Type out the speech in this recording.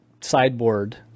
sideboard